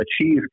achieve